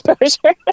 Exposure